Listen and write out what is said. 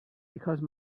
because